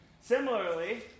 Similarly